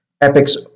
Epic's